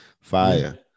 Fire